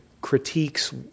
critiques